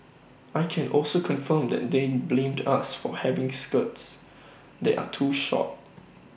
I can also confirm that they blamed us for having skirts that are too short